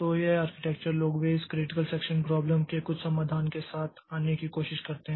तो यह आर्किटेक्चर लोग वे इस क्रिटिकल सेक्षन प्राब्लम के कुछ समाधान के साथ आने की कोशिश करते हैं